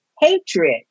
hatred